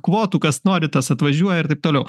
kvotų kas nori tas atvažiuoja ir taip toliau